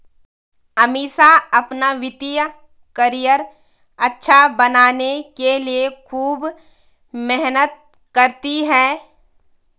अमीषा अपना वित्तीय करियर अच्छा बनाने के लिए खूब मेहनत करती है